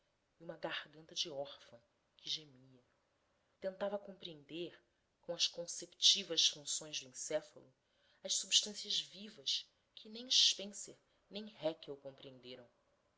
uma garganta órfã que gemia tentava compreender com as conceptivas funções do encéfalo as substâncias vivas que nem spencer nem haeckel compreenderam